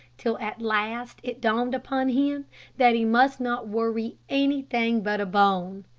till at last it dawned upon him that he must not worry anything but a bone.